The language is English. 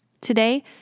Today